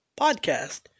podcast